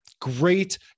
Great